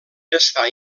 està